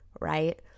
right